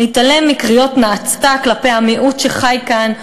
להתעלם מקריאות נאצה כלפי המיעוט שחי כאן,